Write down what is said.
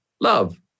love